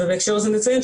ובהקשר הזה נציין,